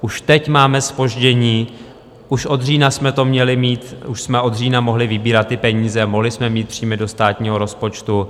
Už teď máme zpoždění, už od října jsme to měli mít, už jsme od října mohli vybírat ty peníze a mohli jsme mít příjmy do státního rozpočtu.